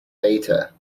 data